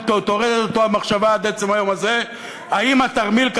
וטורדת אותו המחשבה עד עצם היום הזה האם התרמיל,